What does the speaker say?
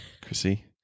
Chrissy